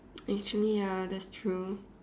actually ya that's true